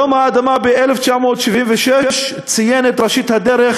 יום האדמה ב-1976 ציין את ראשית הדרך